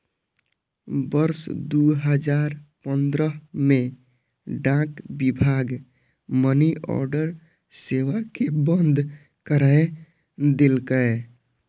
वर्ष दू हजार पंद्रह मे डाक विभाग मनीऑर्डर सेवा कें बंद कैर देलकै